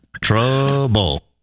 Trouble